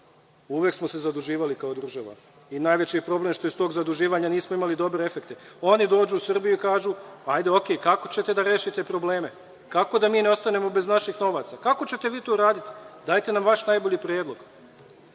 uvek smo se zaduživali kao država, i najveći je problem što iz tog zaduživanja nismo imali dobre efekte, oni dođu u Srbiju i kažu – ajde, okej, kako ćete da rešite probleme, kako da mi ne ostanemo bez naših novaca? Kako ćete vi to uraditi? Dajte nam vaš najbolji predlog,